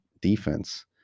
defense